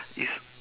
is